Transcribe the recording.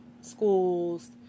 schools